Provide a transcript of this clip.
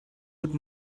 would